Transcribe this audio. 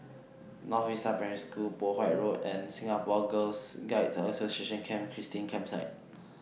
North Vista Primary School Poh Huat Road and Singapore Girl Guides Association Camp Christine Campsite